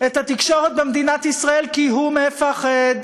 את התקשורת במדינת ישראל, כי הוא מפחד,